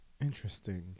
Interesting